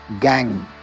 gang